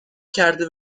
کرده